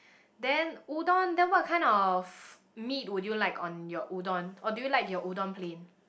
then udon they were kind of meat would you like on your udon or do you like your udon plain